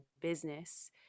business